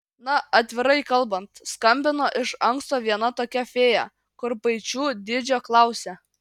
na atvirai kalbant skambino iš anksto viena tokia fėja kurpaičių dydžio klausė